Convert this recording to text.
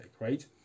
right